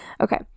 Okay